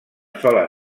sola